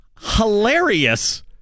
hilarious